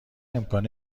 امکان